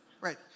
right